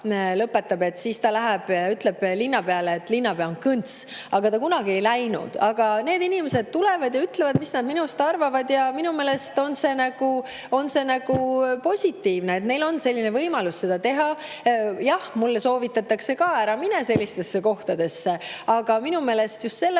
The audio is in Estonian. lõpetab, siis ta läheb ja ütleb linnapeale, et linnapea on kõnts. Aga ta ei läinud kunagi. Need inimesed tulevad ja ütlevad, mis nad minust arvavad, ja minu meelest on see positiivne, et neil on võimalus seda teha. Jah, mulle soovitatakse ka, et ma ei läheks sellistesse kohtadesse, aga minu meelest just